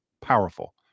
Powerful